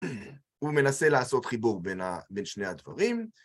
הוא מנסה לעשות חיבור בין שני הדברים.